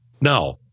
Now